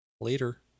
Later